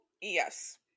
Yes